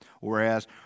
Whereas